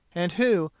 and who,